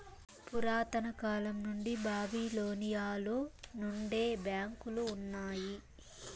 పురాతన కాలం నుండి బాబిలోనియలో నుండే బ్యాంకులు ఉన్నాయి